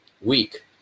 week